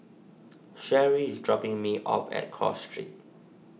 Sherrie is dropping me off at Cross Street